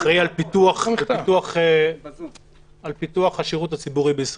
שאחראי לפיתוח השירות הציבורי בישראל.